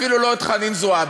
אפילו לא את חנין זועבי.